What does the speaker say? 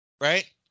right